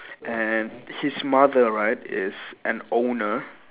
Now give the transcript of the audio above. and his mother right is an owner